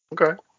Okay